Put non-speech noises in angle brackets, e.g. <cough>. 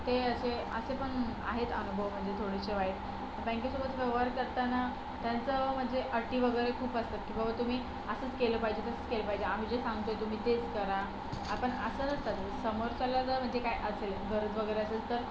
ते असे असे पण आहेत अनुभव म्हणजे थोडेसे वाईट बँकेसोबत व्यवहार करताना त्यांचं म्हणजे अटी वगैरे खूप असतात की बाबा तुम्ही असंच केलं पाहिजे तसंच केलं पाहिजे आम्ही जे सांगतो आहे तुम्ही तेच करा आपण असं नसतं <unintelligible> समोरच्याला जर म्हणजे काय असेल गरज वगैरे असेल तर